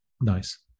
Nice